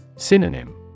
Synonym